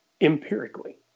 empirically